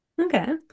okay